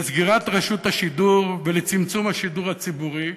לסגירת רשות השידור ולצמצום השידור הציבורי,